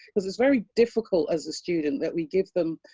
cause it's very difficult as a student that we give them